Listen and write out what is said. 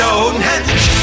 Stonehenge